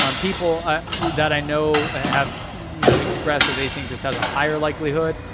um people that i know have you know expressed that they think this has a higher likelihood.